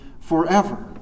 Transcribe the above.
forever